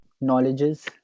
knowledges